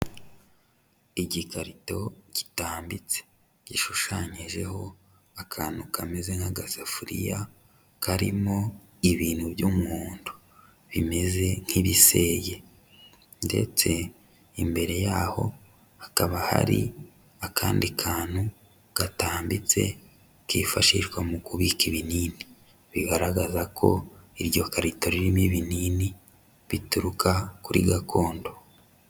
Igikarito gitambitse gishushanyijeho akantu kameze nk'agasafuriya, karimo ibintu by'umuhondo bimeze nk'ibiseye, ndetse imbere y'aho hakaba hari akandi kantu gatambitse, kifashishwa mu kubika ibinini, bigaragaza ko iryo karito ririmo ibinini bituruka kuri gakondo.